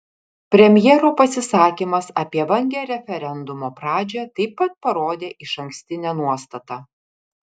premjero pasisakymas apie vangią referendumo pradžią taip pat parodė išankstinę nuostatą